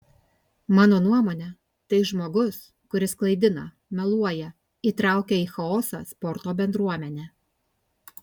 mano nuomone tai žmogus kuris klaidina meluoja įtraukia į chaosą sporto bendruomenę